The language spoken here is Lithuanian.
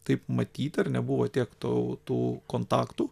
taip matyti ir nebuvo tiek to tų kontaktų